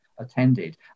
attended